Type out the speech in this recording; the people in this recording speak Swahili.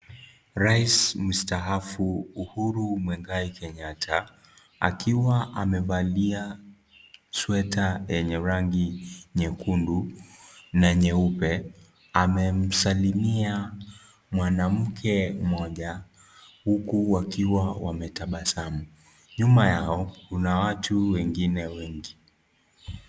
Rais msataafu Uhuru Muigai Kenyatta akiwa amevalia sweta yenye rangi nyekundu na nyeupe amemsalimia mwanamke mmoja huku wakiwa wametabasamu. Nyuma yao kuna watu wengine wengi.